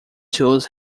tools